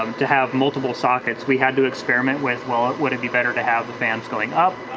um to have multiple sockets. we had to experiment with, well, would it be better to have the fans going up,